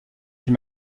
chez